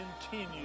continue